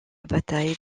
bataille